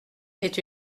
est